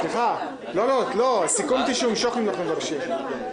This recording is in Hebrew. הרשימה המשותפת, גם, כמובן, עם יש עתיד.